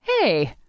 hey